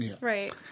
Right